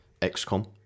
XCOM